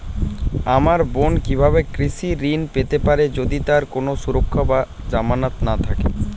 আমার বোন কীভাবে কৃষি ঋণ পেতে পারে যদি তার কোনো সুরক্ষা বা জামানত না থাকে?